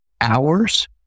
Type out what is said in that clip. hours